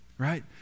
right